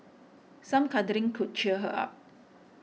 some cuddling could cheer her up